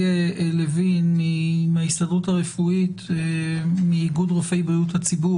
לוין מההסתדרות הרפואית מאיגוד רופאי בריאות הציבור